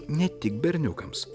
ne tik berniukams